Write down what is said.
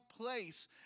place